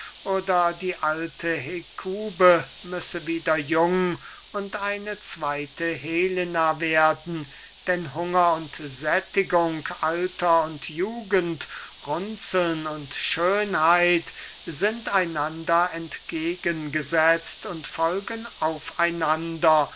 oder die alte hekube müsse wieder jung und eine zweyte helena werden denn hunger und sättigung alter und jugend runzeln und schönheit sind einander entgegengesetzt und folgen auf einander